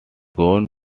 going